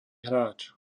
hráč